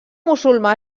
musulmà